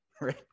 right